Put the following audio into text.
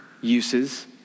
uses